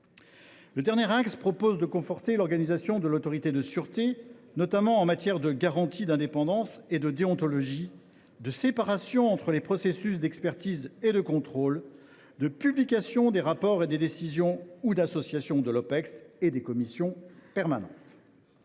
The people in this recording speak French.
au dernier axe, nous proposons de conforter l’organisation de l’autorité de sûreté, notamment en matière de garantie d’indépendance et de déontologie, de séparation entre les processus d’expertise et de contrôle, de publication des rapports et des décisions ou d’association de l’Opecst et des commissions parlementaires